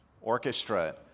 Orchestra